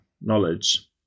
knowledge